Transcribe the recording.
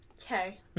Okay